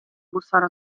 bussare